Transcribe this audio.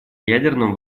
ядерном